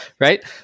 right